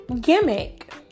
gimmick